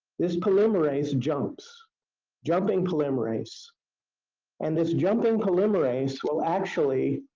this polymerase jumps jumping polymerase and this jumping polymerase will actually,